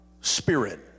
Spirit